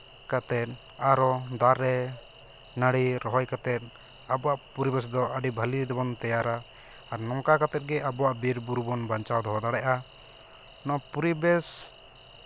ᱠᱟᱛᱮ ᱟᱨᱚ ᱫᱟᱨᱮᱼᱱᱟᱹᱲᱤ ᱨᱚᱦᱚᱭ ᱠᱟᱛᱮ ᱟᱵᱚᱣᱟᱜ ᱯᱚᱨᱤᱵᱮᱥ ᱫᱚ ᱟᱹᱰᱤ ᱵᱷᱟᱞᱮ ᱛᱮᱵᱚᱱ ᱛᱮᱭᱟᱨᱟ ᱟᱨ ᱱᱚᱝᱠᱟ ᱠᱟᱛᱮ ᱜᱮ ᱟᱵᱚᱣᱟᱜ ᱵᱤᱨᱼᱵᱩᱨᱩ ᱵᱚᱱ ᱵᱟᱧᱪᱟᱣ ᱫᱚᱦᱚ ᱫᱟᱲᱮᱜᱼᱟ ᱚᱱᱟ ᱯᱚᱨᱤᱵᱮᱥ